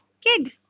kid